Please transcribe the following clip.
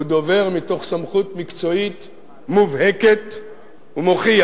הוא דובר מתוך סמכות מקצועית מובהקת ומוכיח,